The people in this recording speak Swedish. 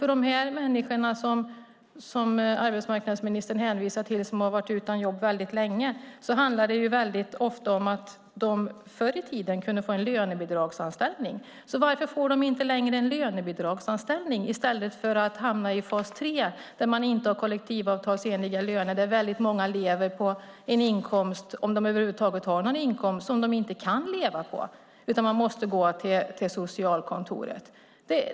För de människor som arbetsmarknadsministern hänvisar till som har varit utan jobb länge handlar det ofta om att de förr i tiden kunde få en lönebidragsanställning. Varför får de inte längre en lönebidragsanställning i stället för att hamna i fas 3 där de inte får kollektivavtalsenliga löner och där många ska leva på en inkomst - om de över huvud taget har en inkomst - som det inte går att leva på? De måste gå till socialkontoret.